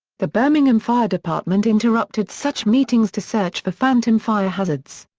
the birmingham fire department interrupted such meetings to search for phantom fire hazards.